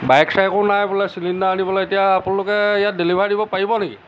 bike চাইকো নাই বোলে ছিলিণ্ডাৰ আনিবলৈ এতিয়া আপোনালোকে ইয়াত ডেলিভাৰী দিব পাৰিব নেকি